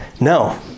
No